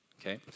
okay